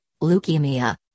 leukemia